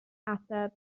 ateb